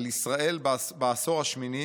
על ישראל בעשור השמיני,